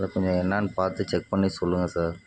அது கொஞ்சம் என்னான்னு பார்த்து செக் பண்ணி சொல்லுங்கள் சார்